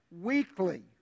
weekly